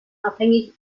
abhängig